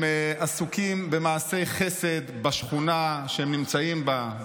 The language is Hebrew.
הם עסוקים במעשי חסד בשכונה שהם נמצאים בה,